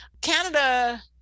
Canada